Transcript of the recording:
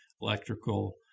electrical